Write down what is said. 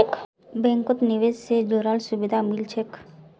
बैंकत निवेश से जुराल सुभिधा मिल छेक